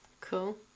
Cool